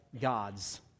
gods